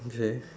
okay